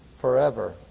forever